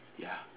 ya